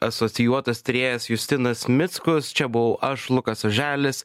asocijuotas tyrėjas justinas mickus čia buvau aš lukas oželis